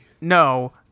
No